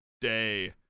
day